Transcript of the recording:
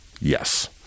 Yes